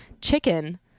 Chicken